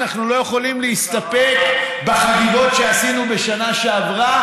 אנחנו לא יכולים להסתפק בחגיגות שעשינו בשנה שעברה,